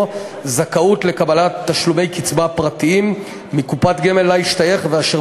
זכאות לקבלת תשלומי קצבה פרטיים מקופת גמל שאליה השתייך ואשר